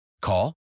Call